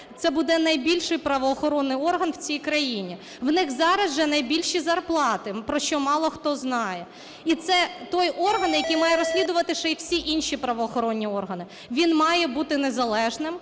це буде найбільший правоохоронний орган в цій країні, у них зараз вже найбільші зарплати, про що мало хто знає. І це той орган, який має розслідувати ще і всі інші правоохоронні органи, він має бути незалежним.